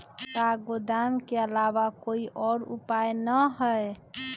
का गोदाम के आलावा कोई और उपाय न ह?